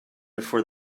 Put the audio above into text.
before